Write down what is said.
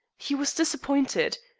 he was disappointed.